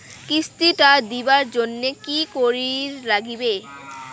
কিস্তি টা দিবার জন্যে কি করির লাগিবে?